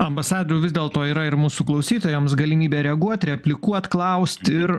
ambasadoriau vis dėlto yra ir mūsų klausytojams galimybė reaguot replikuot klaust ir